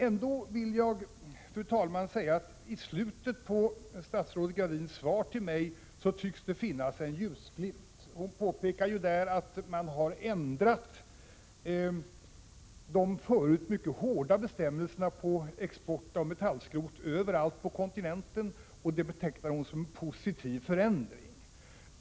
Ändå vill jag, fru talman, säga att det i slutet av statsrådet Gradins svar till mig tycks finnas en ljusglimt. Hon påpekar ju där att man har ändrat de förut mycket hårda bestämmelserna för export av metallskrot överallt på kontinenten, och det betecknar hon som en positiv förändring.